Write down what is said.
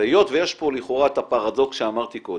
היות שיש פה לכאורה את הפרדוקס שאמרתי קודם,